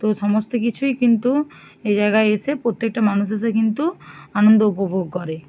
তো সমস্ত কিছুই কিন্তু এই জায়গায় এসে প্রত্যেকটা মানুষ এসে কিন্তু আনন্দ উপভোগ করে